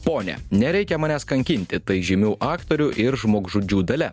ponia nereikia manęs kankinti tai žymių aktorių ir žmogžudžių dalia